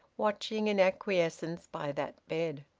watching in acquiescence by that bed!